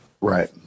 Right